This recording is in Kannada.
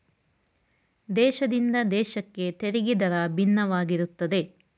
ದೇಶದಿಂದ ದೇಶಕ್ಕೆ ತೆರಿಗೆ ದರ ಭಿನ್ನವಾಗಿರುತ್ತದೆ